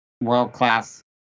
world-class